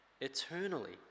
eternally